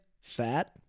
fat